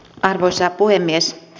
arvoisa puhemies